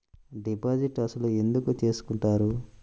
Deposit అసలు ఎందుకు చేసుకుంటారు?